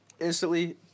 instantly